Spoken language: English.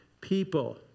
people